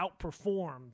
outperformed